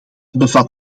bevat